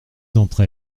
d’entre